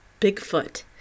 Bigfoot